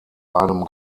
einem